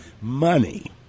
Money